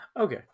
Okay